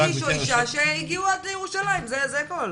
יש פה אנשים שהגיעו עד לירושלים, זה הכל.